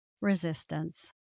resistance